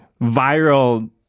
viral